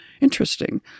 interesting